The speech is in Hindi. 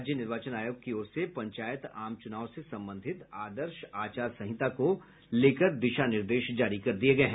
राज्य निर्वाचन आयोग की ओर से पंचायत आम चुनाव से संबंधित आदर्श आचारसंहिता को लेकर दिशा निर्देश जारी कर दिया गया है